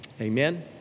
Amen